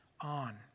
on